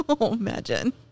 Imagine